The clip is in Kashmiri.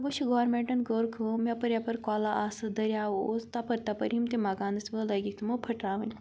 وٕچھ گورمٮ۪نٛٹَن کٔر کٲم یَپٲرۍ یَپٲرۍ کۄلا آسہٕ دٔریاو اوس تَپٲرۍ تَپٲرۍ یِم تہِ مَکانَس وٲلۍ لٲگِتھ تِمو پھٕٹراوٕنۍ